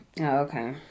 Okay